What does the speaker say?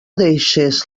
deixes